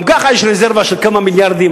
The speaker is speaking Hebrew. גם ככה יש רזרבה של כמה מיליארדים,